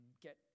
get